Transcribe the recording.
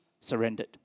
surrendered